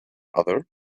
other